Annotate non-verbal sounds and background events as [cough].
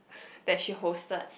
[breath] that she hosted